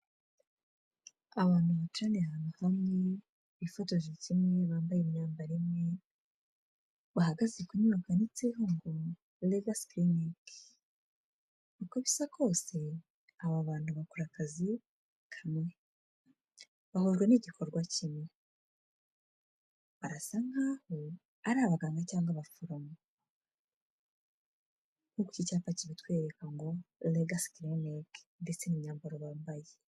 Abantu bicaye ahantu hamwe, bifotoje kimwe, bambaye imyambaro imwe, bahagaze ku nyubako yanditseho ngo Legacy Clinic. Uko bisa kose aba bantu bakora akazi kamwe. Bahujwe n'igikorwa kimwe. Barasa nkaho ari abaganga cyangwa abaforomo. Kubera iki cyapa kibitwereka ngo Legacy Clinic ndetse n'imyambaro bambaye.